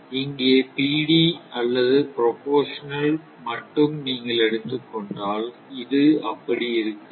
இங்கே அல்லது ப்ரபோர்சனல் மட்டும் நீங்கள் எடுத்துக் கொண்டால் இது அப்படி இருக்காது